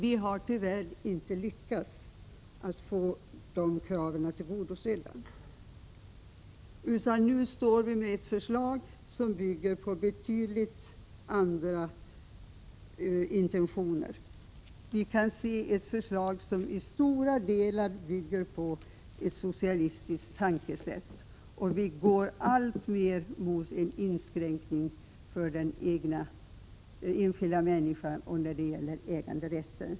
Vi har tyvärr inte lyckats få dessa krav tillgodosedda. Det förslag som nu har lagts fram bygger på helt andra intentioner. Det är ett förslag som till stora delar bygger på ett socialistiskt tankesätt. Vi går alltmer mot en inskränkning för den enskilda människan och av äganderätten.